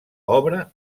obra